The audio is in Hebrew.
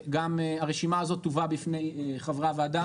גם הרשימה הזאת תובא בפני חברי הוועדה